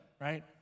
right